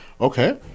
Okay